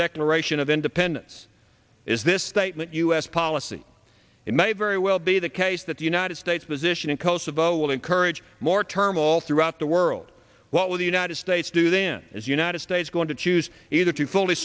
declaration of independence is this statement u s policy it may very well be the case that the united states position in kosovo will encourage more turmoil throughout the world what will the united states do then is united states going to choose either to fully